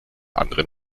anderen